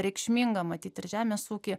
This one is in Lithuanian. reikšmingą matyt ir žemės ūky